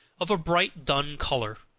of a bright dun color,